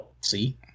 See